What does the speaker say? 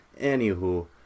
Anywho